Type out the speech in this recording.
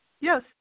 Yes